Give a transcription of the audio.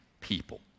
people